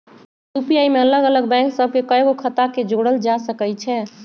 UPI में अलग अलग बैंक सभ के कएगो खता के जोड़ल जा सकइ छै